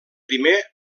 primer